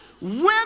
Women